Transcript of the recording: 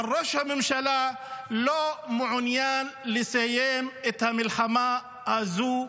אבל ראש הממשלה לא מעוניין לסיים את המלחמה הזו.